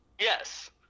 Yes